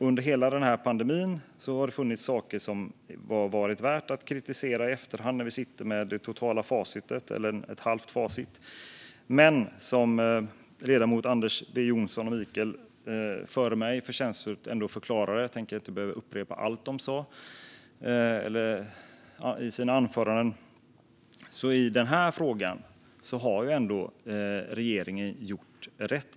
Under hela den här pandemin har det funnits saker som det varit värt att kritisera i efterhand, när vi sitter med det totala facit eller ett halvt facit. Men som ledamöterna Anders W Jonsson och Mikael Dahlqvist förtjänstfullt förklarade före mig - jag tänker att jag inte behöver upprepa allt de sa i sina anföranden - har regeringen i den här frågan ändå gjort rätt.